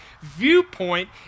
viewpoint